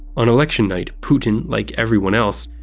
on election night, putin, like everyone else,